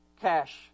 cash